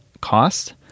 cost